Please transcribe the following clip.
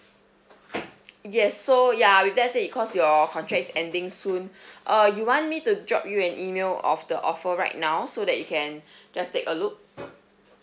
yes so ya with that said because your contract is ending soon uh you want me to drop you an email of the offer right now so that you can just take a look